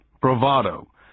bravado